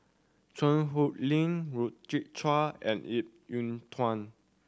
Cheang Hong Lim and Ip Yiu Tung